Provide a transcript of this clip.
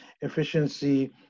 Efficiency